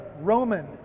Roman